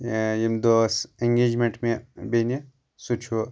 ییٚمہِ دۄہ ٲس اینٛگیجمٮ۪نٛٹ مے بٮ۪نہِ سُہ چھُ